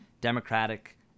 Democratic